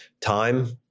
time